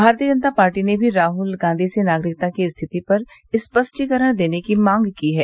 भारतीय जनता पार्टी ने भी राहुल गांधी से नागरिकता की स्थिति पर स्पष्टीकरण देने की मांग की है